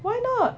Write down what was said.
why not